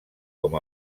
com